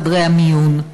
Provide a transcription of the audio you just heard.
בחדרי המיון,